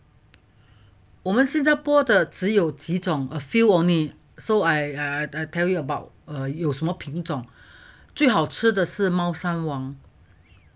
我们新加坡的只有几种 a few only so I I tell you about err 有什么品种最好吃的是猫山王